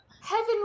Heaven